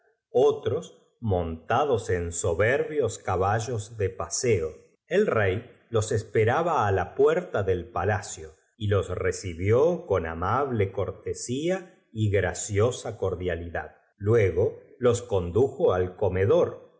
otros montados en soberbios caballos de paseo el rey los esperab a á la de su pecho y un dolor terrible pareció desgarrar su alma finalmente dejóse caer puerta de palacio y jos recibió con amable cortesía y graciosa cordio lidad luego los condujo al comedor